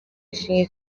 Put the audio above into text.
ishimwe